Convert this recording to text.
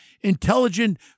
intelligent